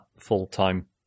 full-time